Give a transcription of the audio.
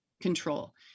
control